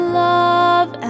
love